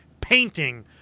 painting